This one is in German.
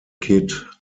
kid